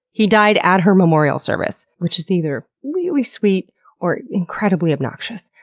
he died at her memorial service, which is either really sweet or incredibly obnoxious.